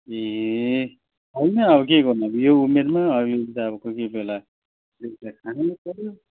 ए होइन अब के गर्नु अब यो उमेरमा अलिलि त कोही कोही बेला एक प्याक खानै पऱ्यो